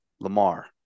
Lamar